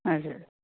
हजुर